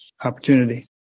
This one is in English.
opportunity